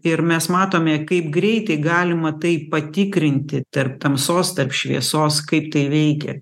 ir mes matome kaip greitai galima tai patikrinti tarp tamsos tarp šviesos kaip tai veikia